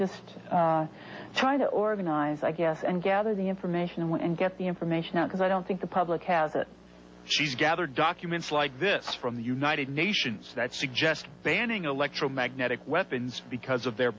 just trying to organize i guess and gather the information i want and get the information out because i don't think the public has it she's gathered documents like this from the united nations that suggest banning electromagnetic weapons because of their